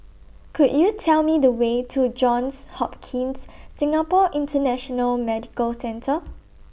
Could YOU Tell Me The Way to Johns Hopkins Singapore International Medical Centre